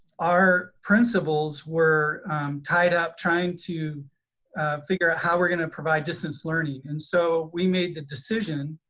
our principals were tied up trying to figure out how we're gonna provide distance learning and so we made the decision,